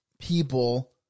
people